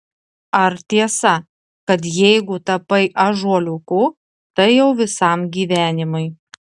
ar tiesa kad jeigu tapai ąžuoliuku tai jau visam gyvenimui